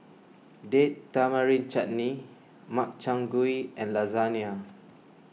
Date Tamarind Chutney Makchang Gui and Lasagne